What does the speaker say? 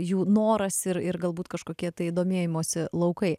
jų noras ir ir galbūt kažkokie tai domėjimosi laukai